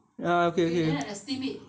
ya okay okay